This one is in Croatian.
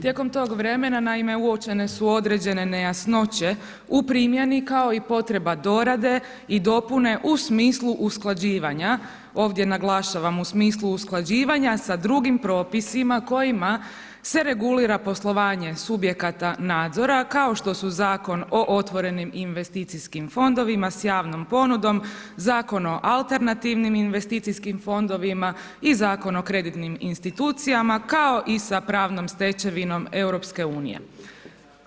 Tijekom tog vremena naime uočene su određene nejasnoće u primjeni kao i potreba dorade i dopune u smislu usklađivanja ovdje naglašavam, u smislu usklađivanja sa drugim propisima kojima se regulira poslovanje subjekata nadzora kao što su Zakon o otvorenim investicijskim fondovima sa javnom ponudom, Zakon o alternativnim investicijskim fondovima i Zakon o kreditnim institucijama kao i sa pravnom stečevinom EU-a.